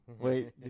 Wait